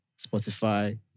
Spotify